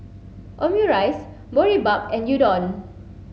Omurice Boribap and Udon